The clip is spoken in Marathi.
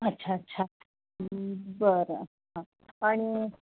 अच्छा अच्छा बरं हां आणि